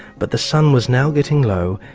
but the sun was now getting low,